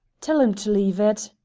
tell him to leave it,